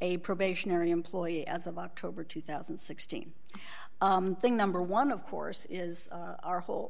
a probationary employee as of october two thousand and sixteen i think number one of course is our whole